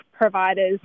providers